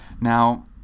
Now